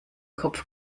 kopf